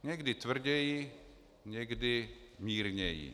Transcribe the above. Někdy tvrději, někdy mírněji.